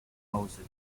moses